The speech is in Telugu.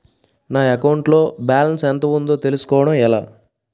నా అకౌంట్ లో బాలన్స్ ఎంత ఉందో తెలుసుకోవటం ఎలా?